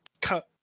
cut